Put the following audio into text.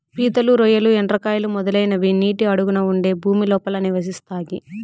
పీతలు, రొయ్యలు, ఎండ్రకాయలు, మొదలైనవి నీటి అడుగున ఉండే భూమి లోపల నివసిస్తాయి